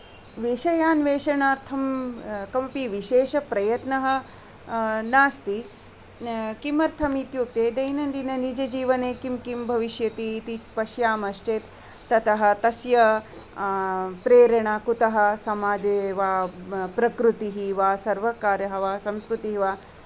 विषयान्वेशनार्थं कमपि विशेषप्रयत्नः नास्ति किमर्थम् इत्युक्ते दैनन्दिननिजजीवने किं किं भविष्यति इति पश्यमः चेत् ततः तस्य प्रेरणा कुतः समाजे वा प्रकृतिः वा सर्वकारः वा संस्कृतिः वा